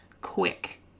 quick